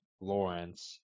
Lawrence